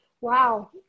wow